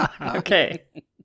Okay